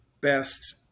best